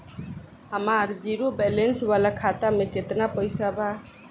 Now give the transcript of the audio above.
हमार zero balance वाला खाता में केतना पईसा बा?